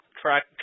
Track